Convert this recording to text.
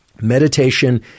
Meditation